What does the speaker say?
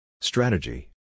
Strategy